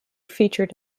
featured